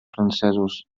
francesos